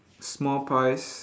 small pies